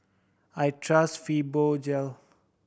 I trust Fibogel